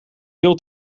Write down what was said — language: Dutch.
veel